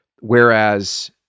whereas